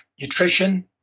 nutrition